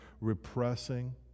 repressing